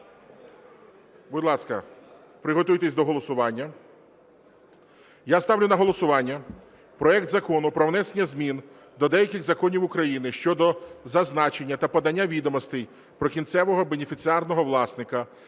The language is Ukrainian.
Будь ласка, приготуйтесь до голосування. Я ставлю на голосування проект Закону про внесення змін до деяких законів України щодо зазначення та подання відомостей про кінцевого бенефіціарного власника